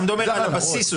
אתה מדבר על הבסיס.